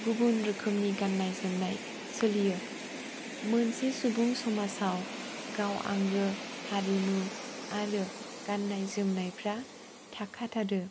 गुबुन रोखोमनि गाननाय जोमनाय सोलियो मोनसे सुबुं समाजाव गाव आंगो हारिमु आरो गाननाय जोमनायफ्रा थाखा थारो